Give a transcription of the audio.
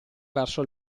verso